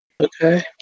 Okay